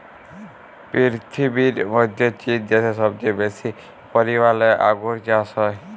পীরথিবীর মধ্যে চীন দ্যাশে সবচেয়ে বেশি পরিমালে আঙ্গুর চাস হ্যয়